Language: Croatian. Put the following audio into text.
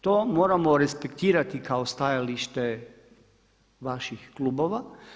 To moramo respektirati kao stajalište vaših klubova.